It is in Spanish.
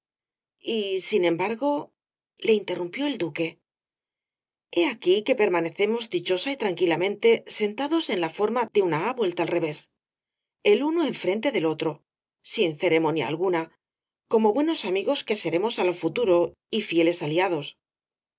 y sin embargole interrumpió el duque he aquí que permanecemos dichosa y tranquilamente sentados en la forma de una a vuelta al revés el uno enfrente del otro sin ceremonia alguna como buenos amigos que seremos á lo futuro y fieles aliados